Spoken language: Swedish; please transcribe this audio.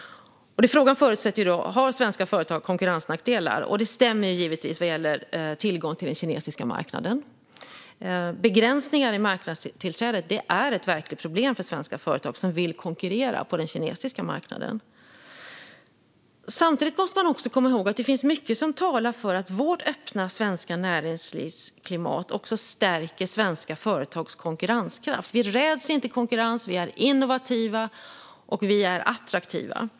Frågan förutsätter att svenska företag har konkurrensnackdelar, och det stämmer givetvis vad gäller tillgång till den kinesiska marknaden. Begränsningar i marknadstillträdet är ett verkligt problem för svenska företag som vill konkurrera på den kinesiska marknaden. Det finns dock mycket som talar för att vårt öppna näringslivsklimat också stärker svenska företags konkurrenskraft. Vi räds inte konkurrens, vi är innovativa och vi är attraktiva.